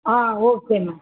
ah okay ma'am